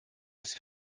des